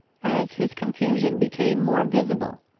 as his confusion became more visible,